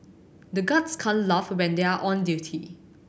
the guards can't laugh when they are on duty